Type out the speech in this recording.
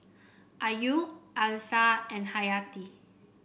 Ayu Alyssa and Hayati